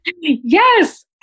Yes